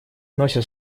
носят